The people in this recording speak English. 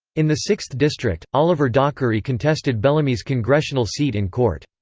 in the sixth district, oliver dockery contested bellamy's congressional seat in court.